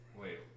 wait